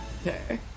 Okay